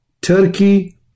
Turkey